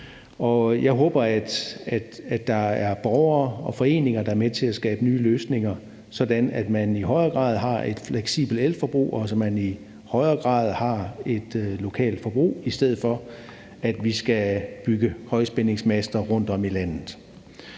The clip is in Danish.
jeg håber, at der er borgere og foreninger, der er med til at skabe nye løsninger, sådan at man i højere grad har et fleksibelt elforbrug, og så man i højere grad har et lokalt forbrug, i stedet for at vi skal bygge højspændingsmaster rundtom i landet.